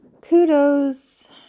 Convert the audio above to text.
Kudos